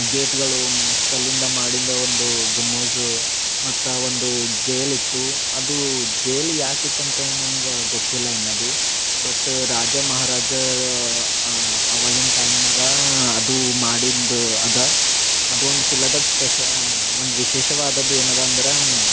ಗೇಟ್ಗಳು ಕಲ್ಲಿಂದ ಮಾಡಿಂದ ಒಂದು ಗುಮ್ಮುಸ್ ಮತ್ತ ಒಂದೂ ಜೇಲ್ ಇತ್ತು ಅದು ಜೇಲ್ ಯಾಕ್ ಇತ್ ಅಂತ ನನ್ಗ ಗೊತ್ತಿಲ್ಲ ಇನ್ನ ಬಿ ಬಟ್ ರಾಜ ಮಹಾರಾಜರ ಅವಾಗಿನ್ ಟೈಮ್ನಾಗಾ ಅದು ಮಾಡಿಂದ್ ಅದ ಅದೊಂದ್ ಕಿಲದಾಗ್ ಸ್ಪೆಷಾ ಒಂದ್ ವಿಶೇಷವಾದದ್ ಏನ್ ಅದ ಅಂದ್ರಾ